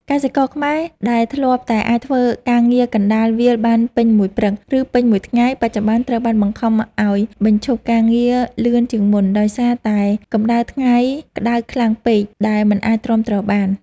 កសិករខ្មែរដែលធ្លាប់តែអាចធ្វើការងារកណ្ដាលវាលបានពេញមួយព្រឹក ឬពេញមួយថ្ងៃ បច្ចុប្បន្នត្រូវបានបង្ខំឱ្យបញ្ឈប់ការងារលឿនជាងមុន ដោយសារតែកម្ដៅថ្ងៃក្តៅខ្លាំងពេកដែលមិនអាចទ្រាំទ្របាន។